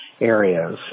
areas